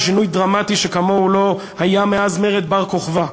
ושינוי דרמטי שכמוהו לא היה מאז מרד בר-כוכבא,